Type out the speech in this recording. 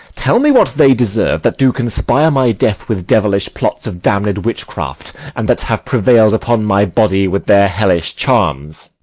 tell me what they deserve that do conspire my death with devilish plots of damned witchcraft, and that have prevail'd upon my body with their hellish charms?